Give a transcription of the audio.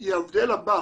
היא ההבדל הבא.